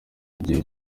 igihe